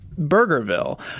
Burgerville